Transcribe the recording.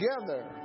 together